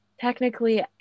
Technically